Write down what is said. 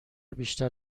بیشتر